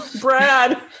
Brad